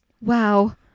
Wow